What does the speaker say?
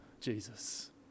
Jesus